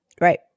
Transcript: Right